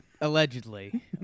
Allegedly